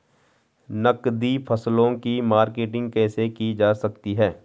नकदी फसलों की मार्केटिंग कैसे की जा सकती है?